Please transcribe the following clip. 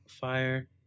fire